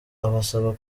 abasaba